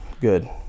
good